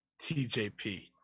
TJP